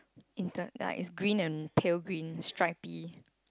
inter~ like it's green and pale green stripy